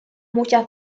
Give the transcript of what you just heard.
muchas